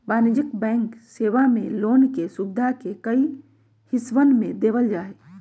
वाणिज्यिक बैंक सेवा मे लोन के सुविधा के कई हिस्सवन में देवल जाहई